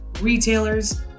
retailers